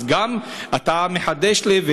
אז אתה מחדש לי,